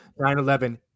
9-11